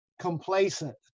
complacent